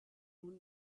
nun